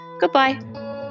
Goodbye